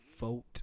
vote